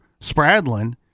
Spradlin